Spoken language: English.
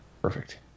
perfect